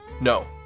No